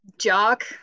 jock